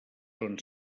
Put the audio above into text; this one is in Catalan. són